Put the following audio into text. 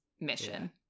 mission